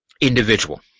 individual